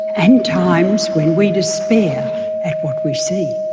and times when we despair at what we see.